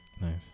Nice